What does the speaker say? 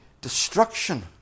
destruction